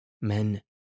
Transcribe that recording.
men